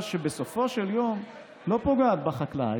שלא תהיה מכסה של דבש שבסופו של יום לא פוגעת בחקלאי,